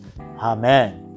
Amen